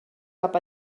cap